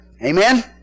Amen